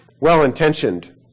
Well-intentioned